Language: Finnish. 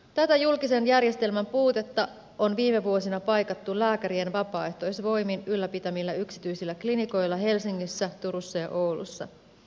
tätä julkisen järjestelmän puutetta on viime vuosina paikattu lääkärien vapaaehtoisvoimin ylläpitämillä yksityisillä klinikoilla helsingissä turussa ja oulussa